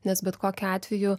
nes bet kokiu atveju